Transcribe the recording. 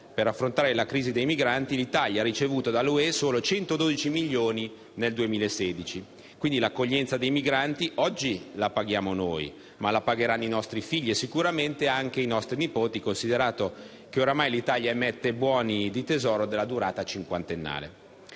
per affrontare la crisi dei migranti l'Italia ha ricevuto dalla UE solo 112 milioni nel 2016, quindi l'accoglienza dei migranti oggi la paghiamo noi, ma la pagheranno i nostri figli e sicuramente anche i nostri nipoti, considerato che ormai l'Italia emette buoni del Tesoro di durata cinquantennale.